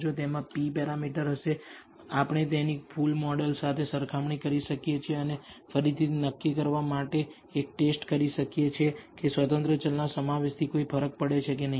તેથી તેમાં P parameter હશે આપણે તેની ફુલ મોડલ સાથે સરખામણી કરી શકીએ છીએ અને ફરીથી તે નક્કી કરવા માટે એક ટેસ્ટ કરી શકીએ કે સ્વતંત્ર ચલના સમાવેશથી કોઈ ફરક પડે છે કે નહીં